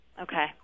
Okay